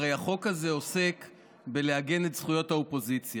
הרי החוק הזה עוסק בהגנה על זכויות האופוזיציה.